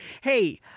Hey